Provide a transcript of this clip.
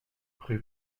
rue